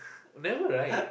never right